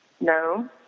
No